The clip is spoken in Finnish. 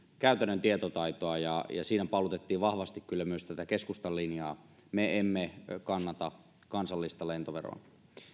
käytännön tietotaitoa ja siinä paalutettiin vahvasti kyllä myös tätä keskustan linjaa me emme kannata kansallista lentoveroa